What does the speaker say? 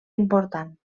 important